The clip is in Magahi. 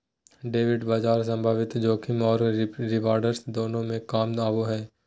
डेरिवेटिव बाजार संभावित जोखिम औरो रिवार्ड्स दोनों में काम आबो हइ